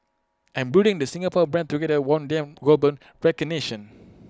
and building the Singapore brand together won them global recognition